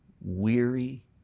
weary